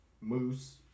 Moose